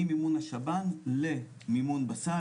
ממימון השב"ן למימון בסל,